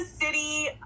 city